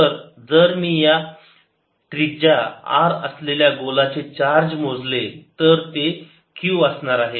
तर जर मी या त्रिजा आर असलेल्या गोलाचे चार्ज मोजले तर ते q असणार आहे